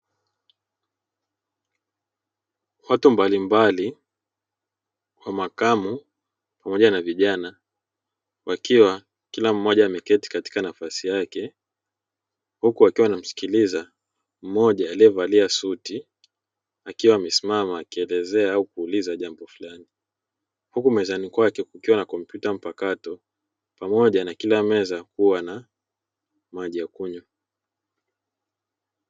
Watu mbalimbali wa makamu pamoja na vijana wakiwa kila mmoja ameketi katika nafasi yake huku wakiwa wanamsikilia mmoja alievalia suti akiwa amesimama akielezea au kuuliza jambo fulai. Huku mezani kwake kukiwa na kompyuta mpakato pamoja na kila meza kuwa na maji ya kunywa.